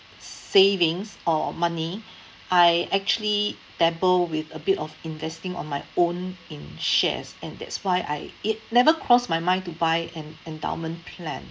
savings or money I actually dabble with a bit of investing on my own in shares and that's why I it never crossed my mind to buy an endowment plan